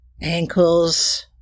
ankles